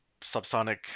subsonic